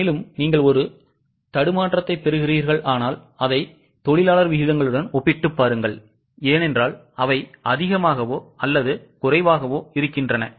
இப்போது நீங்கள் ஒருவித தடுமாற்றத்தைப் பெறுகிறீர்களானால் அதை தொழிலாளர் விகிதங்களுடன் ஒப்பிட்டுப் பாருங்கள் ஏனென்றால் அவை அதிகமாகவோ அல்லது குறைவாகவோ இருக்கின்றன